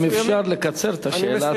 אם אפשר לקצר את השאלה,